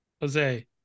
Jose